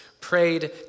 prayed